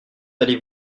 allez